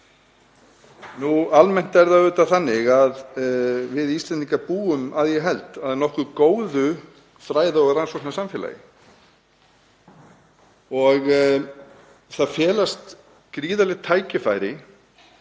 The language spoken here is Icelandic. Almennt er það auðvitað þannig að við Íslendingar búum, að ég held, að nokkuð góðu fræða- og rannsóknasamfélagi og gríðarleg tækifæri